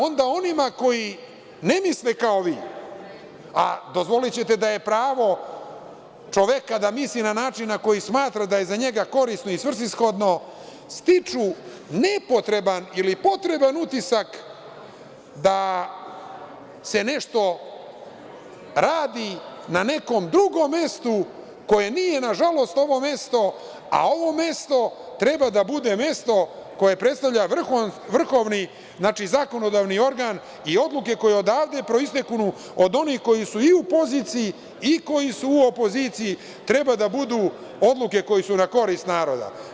Onda onima koji ne misle kao vi, a dozvolićete da je pravo čoveka da misli na način na koji smatra da je za njega korisno i svrsihodno, stiču nepotreban ili potreban utisak da se nešto radi na nekom drugom mestu, koje nije nažalost ovo mesto, a ovo mesto treba da bude mesto koje predstavlja vrhovni zakonodavni organ i odluke koje odavde proisteknu, od onih koji su i u poziciji i koji su u opoziciji, treba da budu odluke koje su na korist naroda.